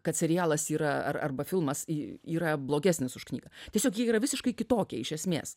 kad serialas yra ar arba filmas yra blogesnis už knygą tiesiog ji yra visiškai kitokia iš esmės